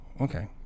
okay